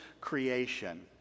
creation